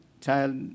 child